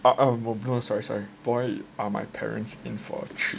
ah no no sorry boy are my parents in for a treat